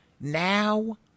now